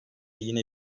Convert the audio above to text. yine